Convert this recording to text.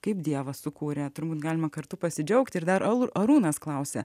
kaip dievas sukūrė turbūt galima kartu pasidžiaugti ir dar alu arūnas klausia